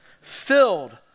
filled